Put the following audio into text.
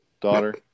daughter